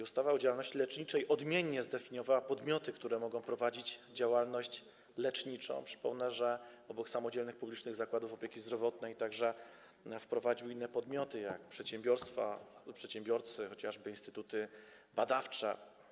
Ustawa o działalności leczniczej odmiennie zdefiniowała podmioty, które mogą prowadzić działalność leczniczą, przypomnę, że obok samodzielnych publicznych zakładów opieki zdrowotnej także wprowadziła inne podmioty, jak przedsiębiorstwa, przedsiębiorcy, chociażby instytuty badawcze.